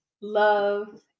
love